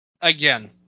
again